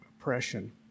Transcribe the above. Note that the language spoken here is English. oppression